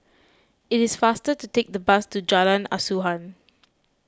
it is faster to take the bus to Jalan Asuhan